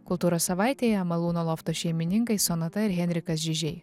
kultūros savaitėje malūno lofto šeimininkai sonata ir henrikas žižiai